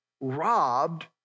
robbed